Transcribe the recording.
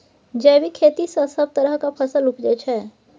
जैबिक खेती सँ सब तरहक फसल उपजै छै